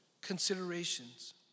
considerations